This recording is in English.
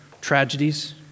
tragedies